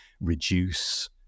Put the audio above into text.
reduce